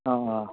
অঁ অঁ